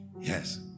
Yes